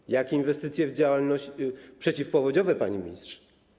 Jakie nastąpiły inwestycje w działalność przeciwpowodziową, panie ministrze?